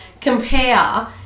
compare